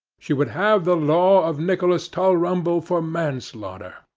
she would have the law of nicholas tulrumble for manslaughter.